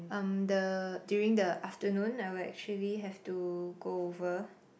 um the during the afternoon I will actually have to go over